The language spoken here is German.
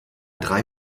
drei